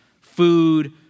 food